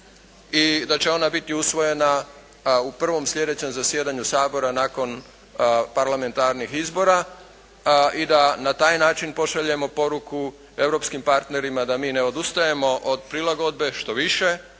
i da će ona biti usvojena u prvom sljedećem zasjedanju Sabora nakon parlamentarnih izbora i da na taj način pošaljemo poruku europskim partnerima da mi ne odustajemo od prilagodbe, štoviše,